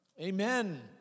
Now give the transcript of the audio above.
Amen